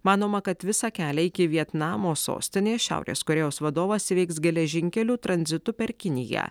manoma kad visą kelią iki vietnamo sostinės šiaurės korėjos vadovas įveiks geležinkeliu tranzitu per kiniją